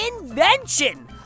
invention